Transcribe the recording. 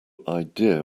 idea